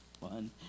fun